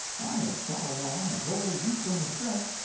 i have shot along, a whole week on a stretch,